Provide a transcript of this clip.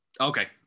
Okay